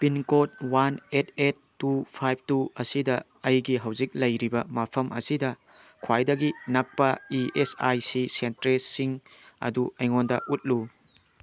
pin code one eight eight two ꯐꯥꯏꯕ two ꯑꯁꯤꯗ ꯑꯩꯒꯤ ꯍꯧꯖꯤꯛ ꯂꯩꯔꯤꯕ ꯃꯐꯝ ꯑꯁꯤꯗ ꯈ꯭ꯋꯥꯏꯗꯒꯤ ꯅꯛꯄ ꯏ ꯑꯦꯁ ꯑꯥꯏ ꯁꯤ ꯁꯦꯟꯇ꯭ꯔꯤꯁꯤꯡ ꯑꯗꯨ ꯑꯩꯉꯣꯟꯗ ꯎꯠꯂꯨ